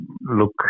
look